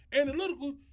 Analytical